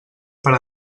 per